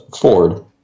Ford